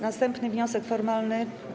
Następny wniosek formalny.